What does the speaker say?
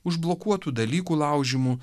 užblokuotų dalykų laužymu